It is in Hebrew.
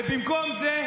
ובמקום זה,